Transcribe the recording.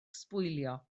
sbwylio